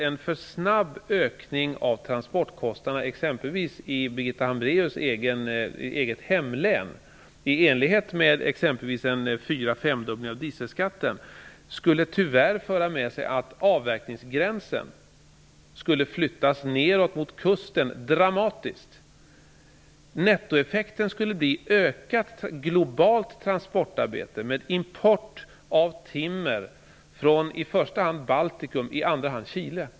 En för snabb ökning av transportkostnaderna i exempelvis Birgitta Hambraeus eget hemlän, med t.ex. en fyr femdubbling av dieselskatten, skulle tyvärr föra med sig att avverkningsgränsen skulle flyttas ned mot kusten dramatiskt. Nettoeffekten skulle bli ökat globalt transportarbete, med import av timmer från i första hand Baltikum, i andra hand Chile.